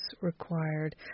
required